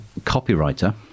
copywriter